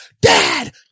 Dad